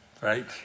right